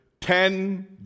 ten